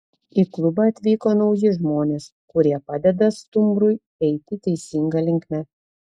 į klubą atvyko nauji žmonės kurie padeda stumbrui eiti teisinga linkme